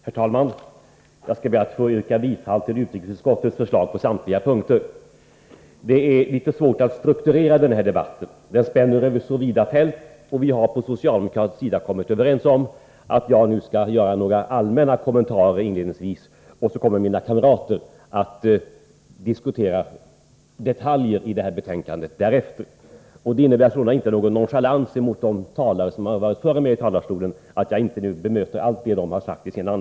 Herr talman! Jag skall be att få yrka bifall till utrikesutskottets hemställan på samtliga punkter. Det är litet svårt att strukturera den här debatten. Den spänner över så vida fält, och vi har på socialdemokratisk sida kommit överens om att jag inledningsvis skall göra några allmänna kommentarer, varefter mina partikamrater i debatten kommer att diskutera detaljer i betänkandet. Det innebär alltså inte någon nonchalans mot de talare som varit före mig i talarstolen att jag inte berör allt vad de har sagt.